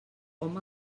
hom